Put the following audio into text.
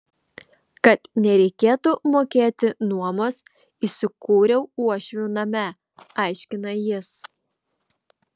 kad nereikėtų mokėti nuomos įsikūriau uošvių name aiškina jis